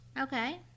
Okay